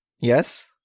Yes